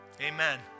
amen